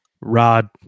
Rod